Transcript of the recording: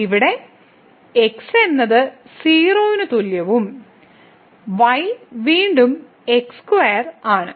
ഇവിടെ x എന്നത് 0 ന് തുല്യവും y വീണ്ടും x2 ആണ്